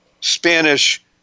Spanish